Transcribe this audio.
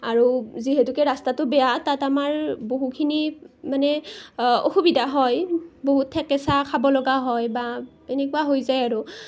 আৰু যিহেতুকে ৰাস্তাটো বেয়া তাত আমাৰ বহুখিনি মানে অসুবিধা হয় বহুত থেকেচা খাব লগা হয় বা এনেকুৱা হৈ যায় আৰু